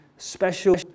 Special